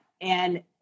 and-